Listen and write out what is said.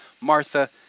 Martha